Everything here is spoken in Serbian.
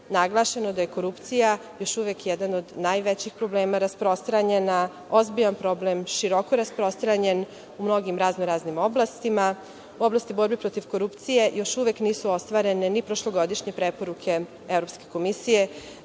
naglašeno da je korupcija još uvek jedan od najvećih problema rasprostranjena. Ozbiljan problem, široko rasprostranjen, u mnogim razno-raznim oblastima, u oblasti borbe protiv korupcije, još uvek nisu ostvarene ni prošlogodišnje preporuke Evropske komisije.